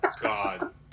God